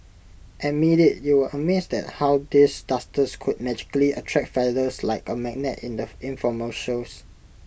admit IT you were amazed at how these dusters could magically attract feathers like A magnet in the infomercials